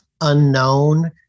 unknown